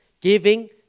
Giving